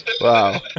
Wow